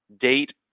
date